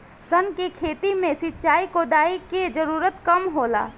सन के खेती में सिंचाई, कोड़ाई के जरूरत कम होला